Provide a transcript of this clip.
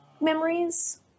memories